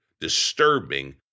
disturbing